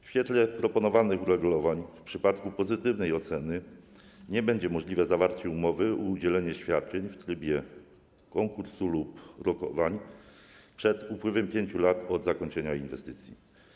W świetle proponowanych uregulowań w przypadku braku pozytywnej oceny nie będzie możliwe zawarcie umowy o udzielanie świadczeń w trybie konkursu ofert lub rokowań przed upływem 5 lat od zakończenia inwestycji.